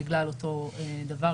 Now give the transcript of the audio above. בגלל אותו דבר,